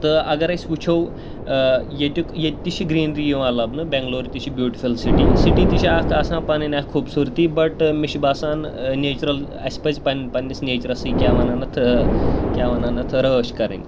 تہٕ اگر أسۍ وٕچھو ییٚتیُک ییٚتہِ تہِ چھِ گرٛیٖنری یِوان لَبنہٕ بٮ۪نٛگلور تہِ چھِ بیوٗٹِفُل سِٹی سِٹی تہِ چھِ اَکھ آسان پَنٕنۍ اَکھ خوٗبصوٗرتی بَٹ مےٚ چھُ باسان نیچرَل اَسہِ پَزِ پنٛنہِ پنٛنِس نیچرَسٕے کیٛاہ وَنان اَتھ کیٛاہ وَنان اَتھ رٲچھ کَرٕنۍ